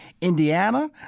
Indiana